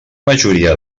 majoria